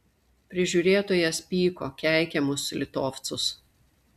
prižiūrėtojas pyko keikė mus litovcus